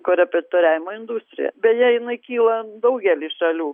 korepetitoriavimo industrija beje jinai kyla daugely šalių